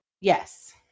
Yes